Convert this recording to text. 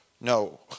no